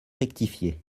rectifié